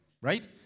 right